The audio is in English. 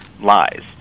lies